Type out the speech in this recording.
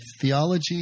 theology